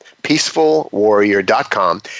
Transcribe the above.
peacefulwarrior.com